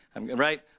Right